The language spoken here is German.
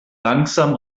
langsam